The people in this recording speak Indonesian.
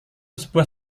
sebuah